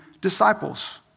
disciples